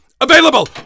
Available